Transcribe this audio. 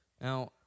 Now